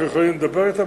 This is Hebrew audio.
שאנחנו יכולים לדבר אתם,